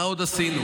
מה עוד עשינו?